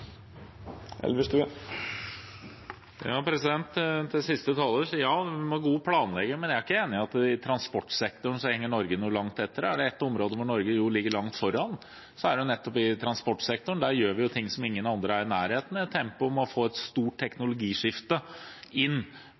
Ja, man må ha god planlegging, men jeg er ikke enig i at i transportsektoren henger Norge langt etter. Er det på ett område hvor Norge ligger langt foran, er det nettopp transportsektoren. Der gjør vi ting som ingen andre er i nærheten av, med tanke på å få et stort teknologiskifte